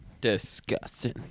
Disgusting